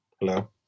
Hello